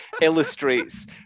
illustrates